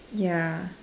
ya